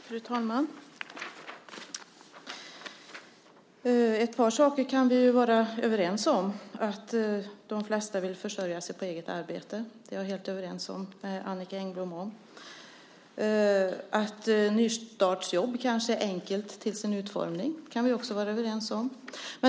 Fru talman! Ett par saker kan vi vara överens om. Att de flesta vill försörja sig på eget arbete är jag helt överens med Annicka Engblom om. Att nystartsjobben kanske är enkla till sin utformning kan vi också vara överens om.